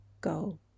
go